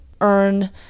earn